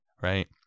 right